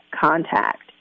contact